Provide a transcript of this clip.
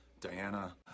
Diana